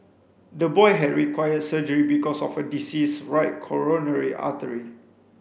the boy had required surgery because of a diseased right coronary artery